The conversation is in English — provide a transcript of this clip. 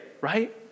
right